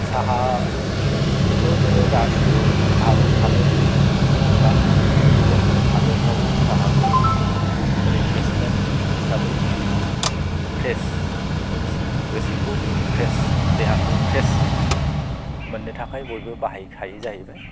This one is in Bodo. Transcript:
साहाखौथ' जोङो गासैबो भारत हाददथ' नंला गुबुन गुबुन हादरफ्राबो साहाखौ रिफ्रेशमेन हिसाबै फ्रेश गोसोखौ फ्रेश देहाखौ फ्रेश मोननो थाखाय बयबो बाहायखायो जाहैबाय